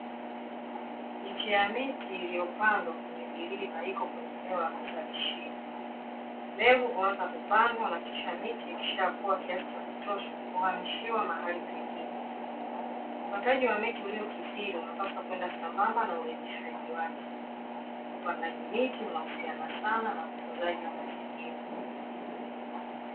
Miche ya miti iliyopandwa kwenye viriba iko kwenye eneo la kuzalishia. Mbegu huanza kupandwa na kisha miche ikishakua kiasi cha kutosha huhamishiwa mahali pengine. Ukataji wa miti uliokithiri unapaswa kwenda sambamba na urejeshwaji wake. Upandaji miti unahusiana sana na utunzaji wa mazingira.